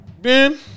Ben